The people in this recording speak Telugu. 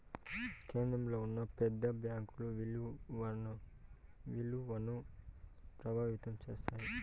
కేంద్రంలో ఉన్న పెద్ద బ్యాంకుల ఇలువను ప్రభావితం చేస్తాయి